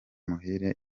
muhire